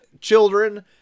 children